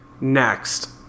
Next